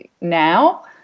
now